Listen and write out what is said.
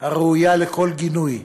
הראויה לכל גינוי,